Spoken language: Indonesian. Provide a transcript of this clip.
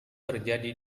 terjadi